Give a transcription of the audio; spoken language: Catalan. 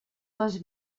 les